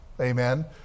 Amen